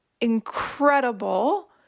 incredible